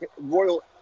Royal